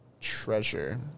treasure